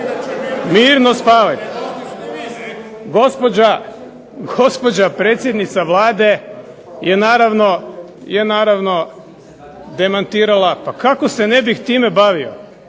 Mirno spavajte. Gospođa predsjednica Vlade je naravno demantirala. Pa kako se ne bih time bavio.